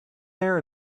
here